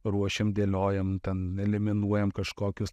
ruošiam dėliojam ten eliminuojam kažkokius